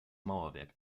mauerwerk